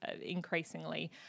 increasingly